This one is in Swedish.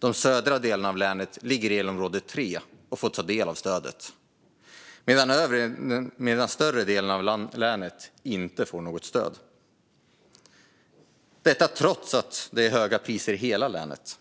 De södra delarna av länet ligger i elområde 3 och får ta del av stödet, medan större delen av länet inte ska få något stöd, trots att det är höga priser i hela länet.